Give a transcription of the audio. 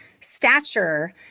stature